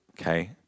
okay